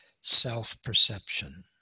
self-perception